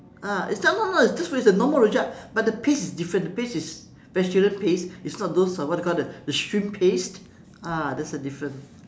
uh it's some more you know taste like a normal rojak but the paste is different the paste is vegetarian paste is not those what they call the the shrimp paste uh that's the different